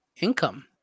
income